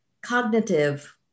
cognitive